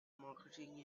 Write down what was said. marketing